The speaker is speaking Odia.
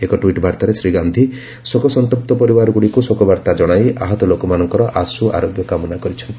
ଏକ ଟ୍ୱିଟ୍ ବାର୍ଭାରେ ଶ୍ରୀ ଗାନ୍ଧି ଶୋକ ସନ୍ତପ୍ତ ପରିବାରଗୁଡ଼ିକୁ ଶୋକବାର୍ତ୍ତା ଜଣାଇ ଆହତ ଲୋକମାନଙ୍କର ଆଶ୍ରୁଆରୋଗ୍ୟ କାମନା କରିଛନ୍ତି